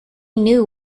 knew